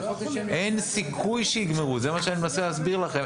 אין סיכוי שיגמרו, זה מה שאני מנסה להסביר לכם.